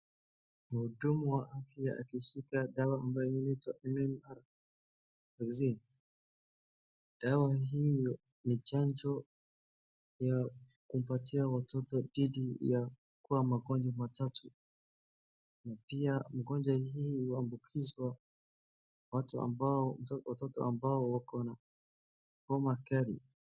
Mhudumu wa afya akishika dawa ambayo inaitwa mmr vaccine, dawa hiyo ni chanjo ya kumpatia watoto dhidi ya kwa magonjwa matatu na pia magonjwa hii huambukizwa watoto ambao wako na homa kali.